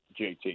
JT